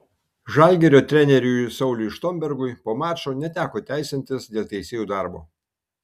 žalgirio treneriui sauliui štombergui po mačo neteko teisintis dėl teisėjų darbo